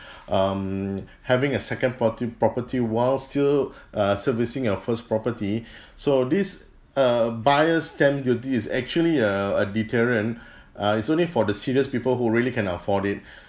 um having a second prope~ property while still uh servicing your first property so this uh buyer's stamp duty is actually a a deterrent uh it's only for the serious people who really can afford it